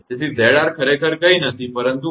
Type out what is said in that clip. તેથી 𝑍𝑟 ખરેખર કંઈ નથી પરંતુ R